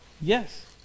Yes